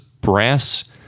brass